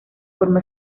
formó